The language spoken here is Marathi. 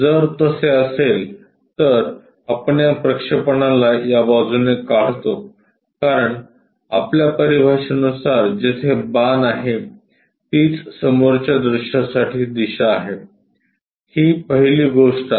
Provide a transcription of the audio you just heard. जर तसे असेल तर आपण या प्रक्षेपणाला या बाजूने काढतो कारण आपल्या परिभाषेनुसार जेथे बाण आहे तिच समोरच्या दृश्यासाठी दिशा आहे ही पहिली गोष्ट आहे